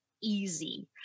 easy